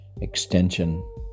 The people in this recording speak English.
extension